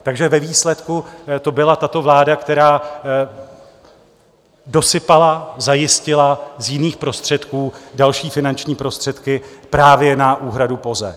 Takže ve výsledku to byla tato vláda, která dosypala, zajistila z jiných prostředků další finanční prostředky právě na úhradu POZE.